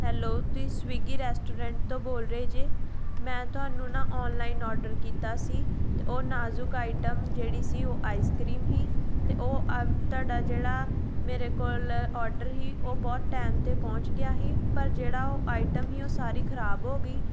hello ਤੁਸੀਂ Swiggy restaurant ਤੋਂ ਬੋਲ ਰਹੇ ਜੇ ਮੈਂ ਤੁਹਾਨੂੰ ਨਾ ਔਨਲਾਈਨ ਔਡਰ ਕੀਤਾ ਸੀ ਅਤੇ ਉਹ ਨਾਜ਼ੁਕ ਆਈਟਮ ਜਿਹੜੀ ਸੀ ਉਹ ਆਈਸਕ੍ਰੀਮ ਸੀ ਅਤੇ ਉਹ ਆ ਤੁਹਾਡਾ ਜਿਹੜਾ ਮੇਰੇ ਕੋਲ ਔਡਰ ਸੀ ਉਹ ਬਹੁਤ ਟਾਈਮ 'ਤੇ ਪਹੁੰਚ ਗਿਆ ਸੀ ਪਰ ਜਿਹੜਾ ਉਹ ਆਈਟਮ ਸੀ ਉਹ ਸਾਰੀ ਖ਼ਰਾਬ ਹੋ ਗਈ